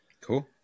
Cool